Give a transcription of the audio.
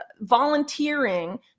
volunteering